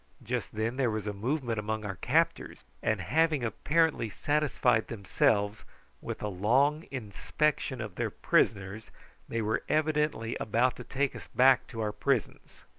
just then there was a movement among our captors, and having apparently satisfied themselves with a long inspection of their prisoners they were evidently about to take us back to our prisons.